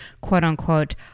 quote-unquote